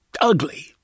ugly